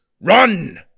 run